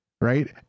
Right